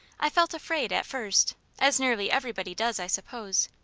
i felt afraid, at first as nearly everybody does, i suppose.